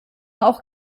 auch